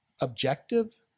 objective